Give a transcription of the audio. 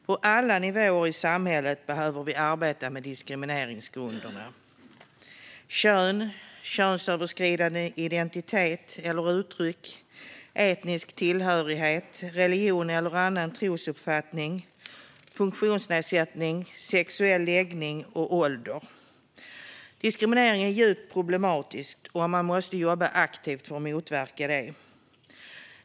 På alla nivåer i samhället behöver vi arbeta med diskrimineringsgrunderna, det vill säga kön, könsöverskridande identitet eller uttryck, etnisk tillhörighet, religion eller annan trosuppfattning, funktionsnedsättning, sexuell läggning och ålder. Diskriminering är djupt problematiskt, och man måste jobba aktivt för att motverka diskriminering.